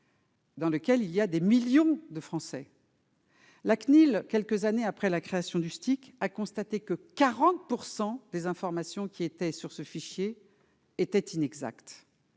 Dans lequel il y a des millions de Français. La CNIL, quelques années après la création du STIC a constaté que 40 % des informations qui étaient sur ce fichier étaient inexacts